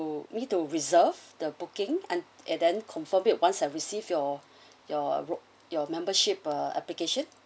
me to reserve the booking and and then confirmed it once I receive your your your membership ah application